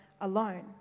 alone